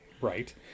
right